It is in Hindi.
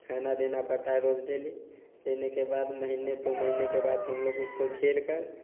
खाना देना पड़ता है रोज़ डेली देने के बाद महीने दो महीने के बाद हम लोग उसको घेरकर